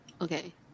Okay